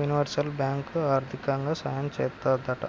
universal bank ఆర్దికంగా సాయం చేత్తాదంట